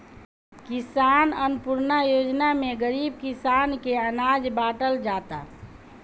किसान अन्नपूर्णा योजना में गरीब किसान के अनाज बाटल जाता